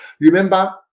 Remember